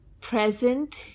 present